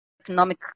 economic